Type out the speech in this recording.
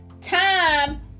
time